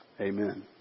Amen